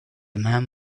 man